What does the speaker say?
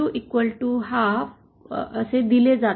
दिले जाते